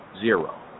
zero